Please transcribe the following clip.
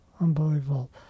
unbelievable